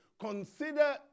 consider